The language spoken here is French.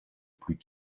plus